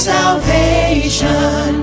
salvation